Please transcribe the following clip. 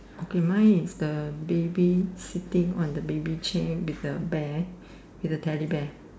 okay mine is the baby sitting on the baby chair with a bear with a Teddy bear